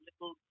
little